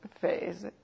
phase